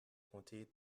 comtés